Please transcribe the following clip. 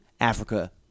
Africa